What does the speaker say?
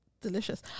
delicious